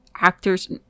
actors